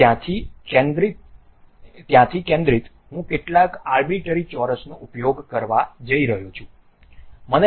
ત્યાંથી કેન્દ્રિત હું કેટલાક આર્બિટ્રરી ચોરસનો ઉપયોગ કરવા જઈ રહ્યો છું